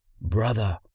brother